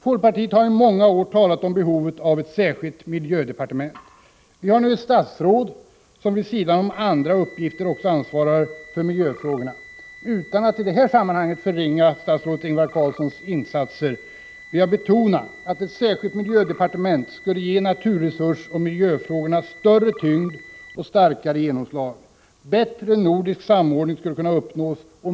Folkpartiet har i många år talat om behovet av ett särskilt miljödepartement. Vi har nu ett statsråd som vid sidan av andra uppgifter också ansvarar för miljöfrågorna. Utan att i det här sammanhanget förringa statsrådet Ingvar Carlssons insatser vill jag betona att ett särskilt miljödepartement skulle ge naturresursoch miljöfrågorna större tyngd och starkare genomslag. Bättre nordisk samordning skulle kunna uppnås.